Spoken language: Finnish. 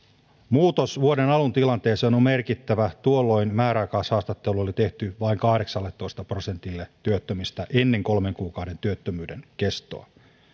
muutos vuoden alun tilanteeseen on on merkittävä tuolloin määräaikaishaastattelu oli tehty vain kahdeksalletoista prosentille työttömistä ennen kolmen kuukauden työttömyyden kestoa